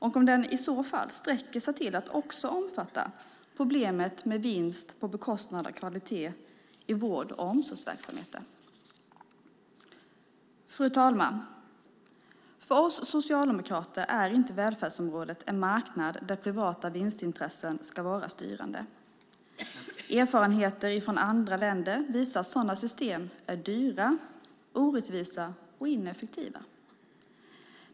Sträcker sig insikterna till att också omfatta problemet med vinst på bekostnad av kvalitet i vård och omsorgsverksamheten? Fru talman! För oss socialdemokrater är välfärdsområdet inte en marknad där privata vinstintressen ska vara styrande. Erfarenheter från andra länder visar att sådana system är dyra, orättvisa och ineffektiva.